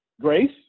Grace